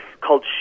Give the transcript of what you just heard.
called